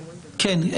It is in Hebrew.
כן.